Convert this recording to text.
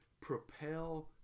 propel